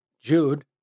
Jude